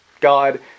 god